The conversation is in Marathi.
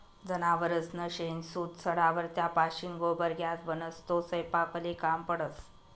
जनावरसनं शेण, मूत सडावर त्यापाशीन गोबर गॅस बनस, तो सयपाकले काम पडस